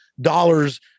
dollars